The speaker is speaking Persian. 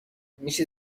میشه